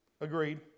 Agreed